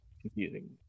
confusing